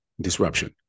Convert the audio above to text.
disruption